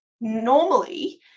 Normally